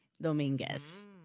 Dominguez